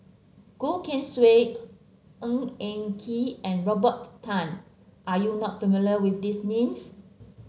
Goh Keng Swee Ng Eng Kee and Robert Tan are you not familiar with these names